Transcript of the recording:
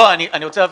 אני רק רוצה להבין.